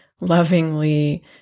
lovingly